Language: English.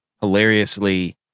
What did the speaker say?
hilariously